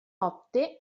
opte